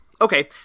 Okay